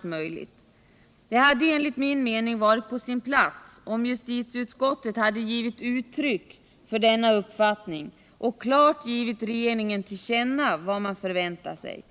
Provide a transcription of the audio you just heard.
komma i gång. Det hade, enligt min mening, varit på sin plats att justitieutskottet givit uttryck för denna uppfattning och klart givit regeringen till känna vad man förväntar sig.